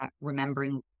remembering